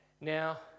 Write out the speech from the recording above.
Now